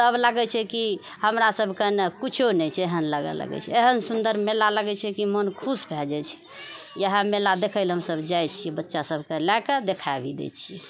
तब लागैत छै कि हमरा सभकेँ ने किछु नहि छै एहन लागऽ लगैत छै एहन सुन्दर मेला लगै छै कि मन खुश भए जाइत छै इहे मेला देखै लऽ हमसभ जाइत छिऐ बच्चा सभकेँ लए कऽ देखैत भी दए छिऐ